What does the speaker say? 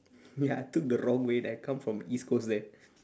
ya I took the wrong way then I come from east coast there